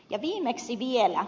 ja viimeksi vielä